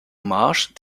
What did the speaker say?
marsch